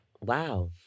wow